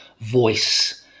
voice